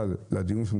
לדיון,